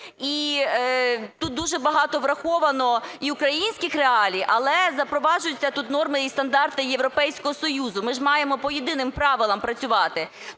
і тут дуже багато враховано і українських реалій, але запроваджуються тут норми і стандарти Європейського Союзу. Ми ж маємо по єдиним правилам працювати.